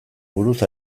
buruz